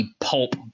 pulp